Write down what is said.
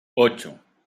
ocho